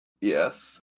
Yes